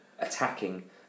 Attacking